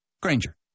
Granger